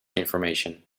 information